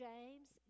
James